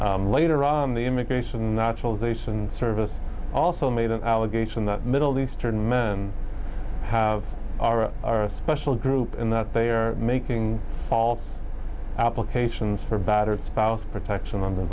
car later on the immigration and naturalization service also made an allegation that middle eastern men have are a are a special group and that they are making all applications for battered spouse protection